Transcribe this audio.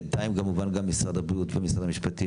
בינתיים כמובן גם משרד הבריאות ומשרד המשפטים,